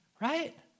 right